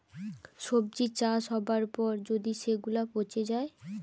সবজি চাষ হবার পর যদি সেগুলা পচে যায়